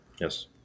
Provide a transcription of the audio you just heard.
Yes